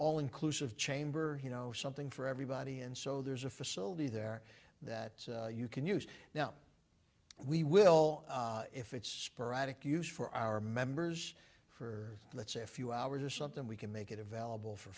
all inclusive chamber you know something for everybody and so there's a facility there that you can use now we will if it's sporadic use for our members for let's say a few hours or something we can make it available for